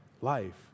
life